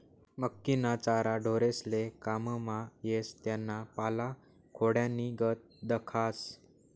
मक्कीना चारा ढोरेस्ले काममा येस त्याना पाला खोंड्यानीगत दखास